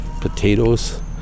potatoes